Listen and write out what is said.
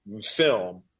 film